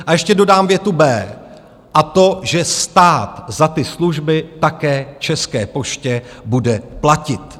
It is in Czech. A ještě dodám větu B, a to že stát za ty služby také České poště bude platit.